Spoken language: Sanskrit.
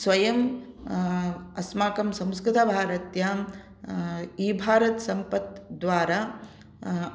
स्वयम् अस्माकं संस्कृतभारत्यां इ भारत् सम्पत् द्वारा